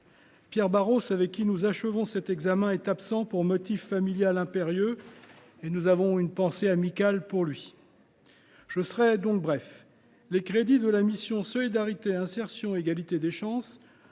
Pierre Barros, qui l’a remplacé pour achever cet examen, est absent pour motif familial impérieux, et nous lui adressons une pensée amicale. Je serai donc bref. Les crédits de la mission « Solidarité, insertion et égalité des chances »